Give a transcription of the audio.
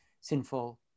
sinful